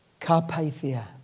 Carpathia